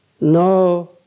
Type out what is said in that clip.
no